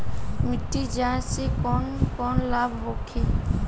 मिट्टी जाँच से कौन कौनलाभ होखे?